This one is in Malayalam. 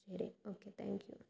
ശരി ഓക്കേ താങ്ക്യൂ